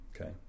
Okay